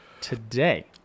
today